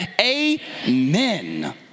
amen